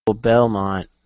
Belmont